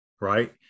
right